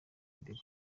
imbere